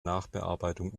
nachbearbeitung